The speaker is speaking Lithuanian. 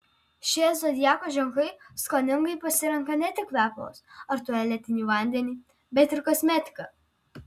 šie zodiako ženklai skoningai pasirenka ne tik kvepalus ar tualetinį vandenį bet ir kosmetiką